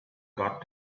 got